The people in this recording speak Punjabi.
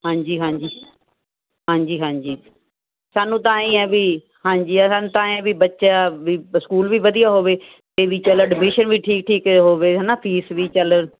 ਹਾਂਜੀ ਹਾਂਜੀ ਹਾਂਜੀ ਹਾਂਜੀ ਸਾਨੂੰ ਤਾਂ ਐਂ ਹੀ ਆ ਵੀ ਹਾਂਜੀ ਸਾਨੂੰ ਤਾਂ ਐਂ ਆ ਵੀ ਬੱਚਾ ਵੀ ਸਕੂਲ ਵੀ ਵਧੀਆ ਹੋਵੇ ਅਤੇ ਵੀ ਚਲੋ ਐਡਮਿਸ਼ਨ ਵੀ ਠੀਕ ਠੀਕ ਹੋਵੇ ਹੈ ਨਾ ਫੀਸ ਵੀ ਚੱਲ